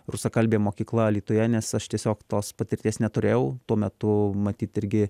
rusakalbė mokykla alytuje nes aš tiesiog tos patirties neturėjau tuo metu matyt irgi